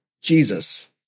Jesus